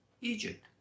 Egypt